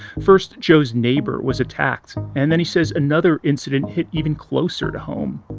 first, joe's neighbor was attacked and then he says another incident hit even closer to home.